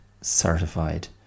certified